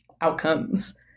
outcomes